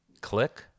Click